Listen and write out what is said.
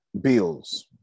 bills